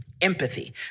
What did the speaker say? Empathy